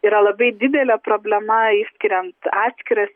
yra labai didelė problema išskiriant atskiras